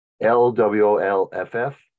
L-W-O-L-F-F